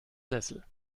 sessel